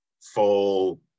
full